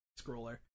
scroller